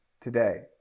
today